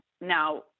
now